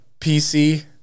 PC